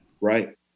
Right